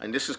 and this is